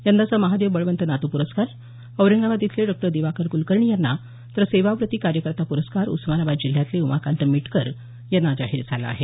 यंदाचा महादेव बळवंत नातू प्रस्कार औरंगाबाद इथे डॉ दिवाकर कुलकर्णी यांना तर सेवाव्रती कार्यकर्ता पुरस्कार उस्मानाबाद जिल्ह्यातले उमाकांत मिटकर यांना जाहीर झाला आहे